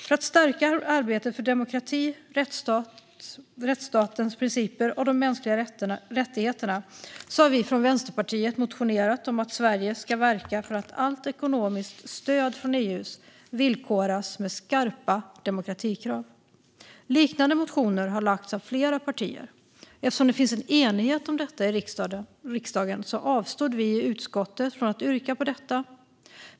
För att stärka arbetet för demokrati, rättsstatens principer och de mänskliga rättigheterna har vi från Vänsterpartiet motionerat om att Sverige ska verka för att allt ekonomiskt stöd från EU villkoras med skarpa demokratikrav. Liknande motioner har lagts av flera partier. Eftersom det finns en enighet om detta i riksdagen avstod vi i utskottet från att yrka på detta.